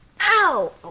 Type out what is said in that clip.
Ow